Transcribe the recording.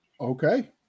Okay